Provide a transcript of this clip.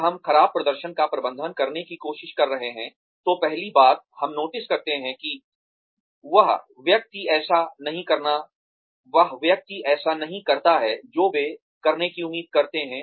जब हम खराब प्रदर्शन का प्रबंधन करने की कोशिश कर रहे हैं तो पहली बात हम नोटिस करते हैं कि वह व्यक्ति ऐसा नहीं करता है जो वे करने की उम्मीद करते हैं